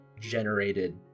generated